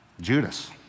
Judas